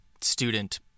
student